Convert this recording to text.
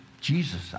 Jesus